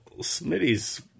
Smitty's